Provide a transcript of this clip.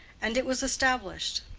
and it was established.